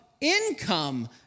income